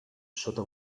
sota